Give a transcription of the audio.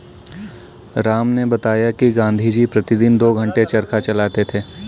राम ने बताया कि गांधी जी प्रतिदिन दो घंटे चरखा चलाते थे